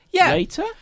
later